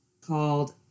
called